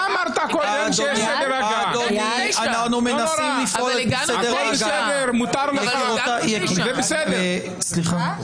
32. זה מצריך חוק.